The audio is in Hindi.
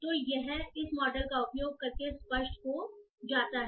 तो यह इस मॉडल का उपयोग करके स्पष्ट हो जाता है